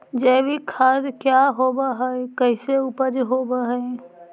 जैविक खाद क्या होब हाय कैसे उपज हो ब्हाय?